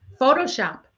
Photoshop